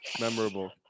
Memorable